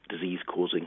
disease-causing